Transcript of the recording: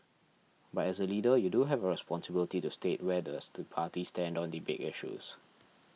but as a leader you do have a responsibility to state where does the party stand on the big issues